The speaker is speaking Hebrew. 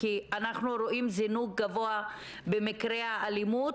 כי אנחנו רואים זינוק גבוה במקרי האלימות,